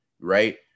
right